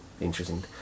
interesting